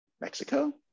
Mexico